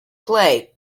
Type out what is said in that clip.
play